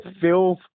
filth